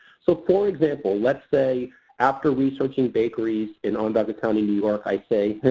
so, for example, let's say after researching bakeries in onondaga county new york i say,